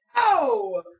No